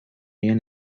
rien